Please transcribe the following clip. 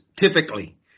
typically